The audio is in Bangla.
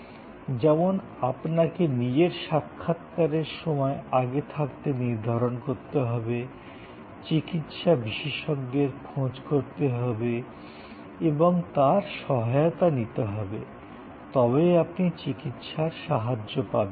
যেমন আপনাকে নিজের সাক্ষাৎকারের সময় আগে থাকতে নির্ধারণ করতে হবে চিকিৎসা বিশেষজ্ঞের খোঁজ করতে হবে এবং তাঁর সহায়তা নিতে হবে তবেই আপনি চিকিৎসার সাহায্য পাবেন